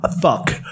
Fuck